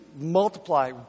multiply